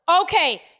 Okay